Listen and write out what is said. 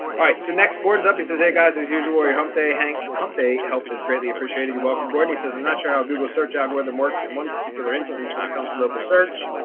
alright, so next gordon's up he says, hey, guys, as usual, your hump day hang hump day help is greatly appreciate it. you're welcome, gordon. he says, i'm not sure how google search algorithm works in one particular instance, when it comes to local search,